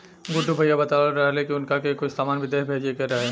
गुड्डू भैया बतलावत रहले की उनका के कुछ सामान बिदेश भेजे के रहे